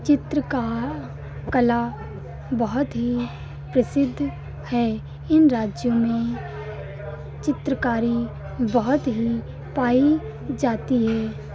चित्र का कला बहुत ही प्रसिद्ध है इन राज्यों में चित्रकारी बहुत ही पाई जाती है